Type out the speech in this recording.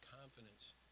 confidence